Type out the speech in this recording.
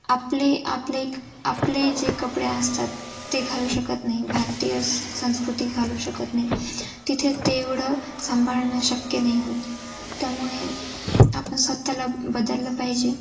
आपले आपले आपले जे कपडे असतात ते घालू शकत नाही भारतीय संस्कृती घालू शकत नाही तिथे ते एवढं सांभाळणं शक्य नाही होत त्यामुळे आपण स्वतःला बदललं पाहिजे